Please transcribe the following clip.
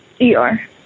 E-R